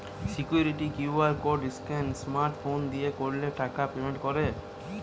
security QR code scan smart phone দিয়ে করলে টাকা পেমেন্ট করে